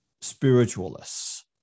spiritualists